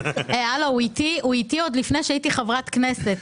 הלו, הוא איתי עוד לפני שהייתי חברת כנסת.